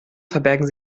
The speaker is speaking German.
verbergen